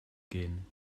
gehen